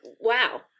Wow